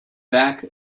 back